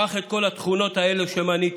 קח את כל התכונות האלה שמניתי,